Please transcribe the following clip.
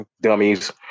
dummies